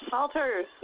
alters